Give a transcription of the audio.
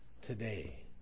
today